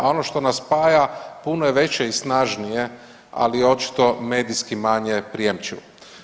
A ono što nas spaja puno je veće i snažnije, ali očito medijski manje prijemčivo.